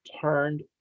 turned